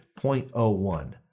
0.01